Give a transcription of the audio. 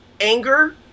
anger